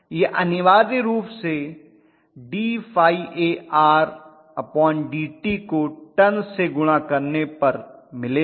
यह अनिवार्य रूप से d∅ardt को टर्न से गुणा करने पर मिलेगा